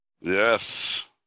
Yes